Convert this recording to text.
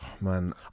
man